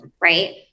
right